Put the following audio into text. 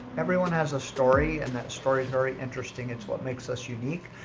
everyone has a story, and that story's very interesting. it's what makes us unique.